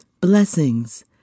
Blessings